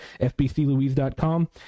fbclouise.com